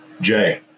Jay